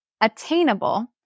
attainable